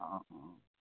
অঁ অঁ